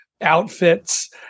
outfits